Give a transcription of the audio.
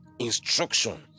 instructions